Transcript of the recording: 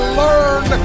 learn